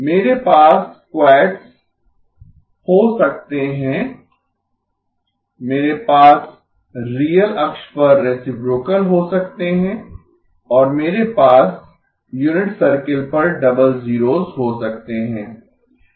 मेरे पास क्वैड्स हो सकते हैं मेरे पास रियल अक्ष पर रेसिप्रोकल हो सकते हैं और मेरे पास यूनिट सर्किल पर डबल जीरोस हो सकते हैं